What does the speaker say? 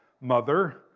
mother